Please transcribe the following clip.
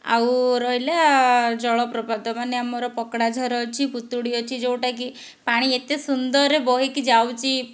ଆଉ ରହିଲା ଜଳପ୍ରପାତ ମାନେ ଆମର ପକଡ଼ାଝର ଅଛି ପୁତୁଡ଼ି ଅଛି ଯେଉଁଟାକି ପାଣି ଏତେ ସୁନ୍ଦରରେ ବହିକି ଯାଉଛି